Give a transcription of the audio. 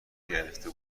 گرفته